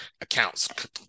accounts